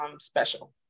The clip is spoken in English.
special